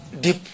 deep